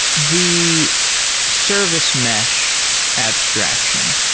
the service mesh abstraction,